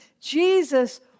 Jesus